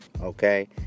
okay